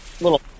little